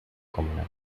comunal